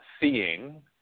seeing